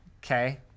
Okay